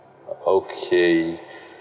okay